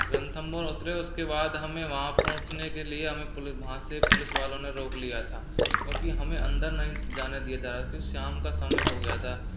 रणथंबोर उतरे उसके बाद हमें वहाँ पहुँचने के लिए हमें वहाँ से पुलिस वालों ने रोक लिया था क्योंकि हमें अंदर नहीं जाने दिया जा रहा क्योंकि शाम का समय हो गया था